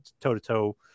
toe-to-toe